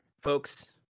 folks